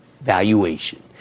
valuation